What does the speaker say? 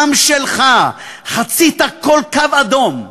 העם שלך, חצית כל קו אדום.